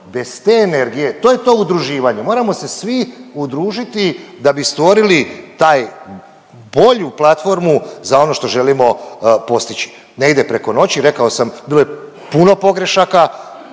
bez te energije, to je to udruživanje, moramo se svi udružiti da bi stvoriti taj bolju platformu za ono što želimo postići. Ne ide preko noći, rekao sam, bilo je puno pogrešaka,